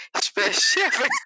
specific